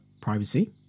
privacy